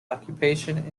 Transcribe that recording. occupation